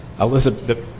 Elizabeth